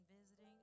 visiting